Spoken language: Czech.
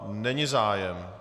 Není zájem.